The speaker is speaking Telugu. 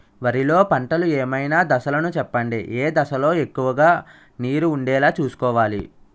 వరిలో పంటలు ఏమైన దశ లను చెప్పండి? ఏ దశ లొ ఎక్కువుగా నీరు వుండేలా చుస్కోవలి?